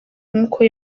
nk’uko